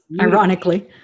Ironically